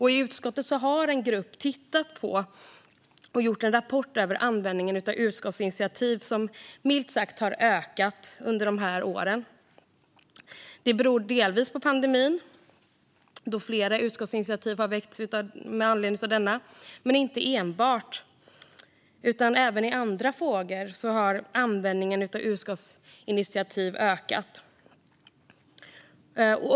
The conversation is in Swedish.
I utskottet har en grupp tittat på och gjort en rapport om användningen av utskottsinitiativ som milt sagt har ökat de senaste åren. Det beror delvis men inte enbart på pandemin, då flera utskottsinitiativ har väckts med anledning av den. Även i andra frågor har användningen av utskottsinitiativ ökat.